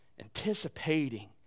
anticipating